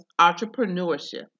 entrepreneurship